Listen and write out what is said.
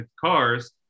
cars